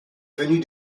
venue